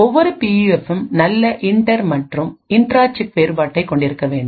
ஒவ்வொரு பியூஎஃப்ம் நல்ல இன்டர் மற்றும் இன்ட்ரா சிப் வேறுபாட்டை கொண்டிருக்க வேண்டும்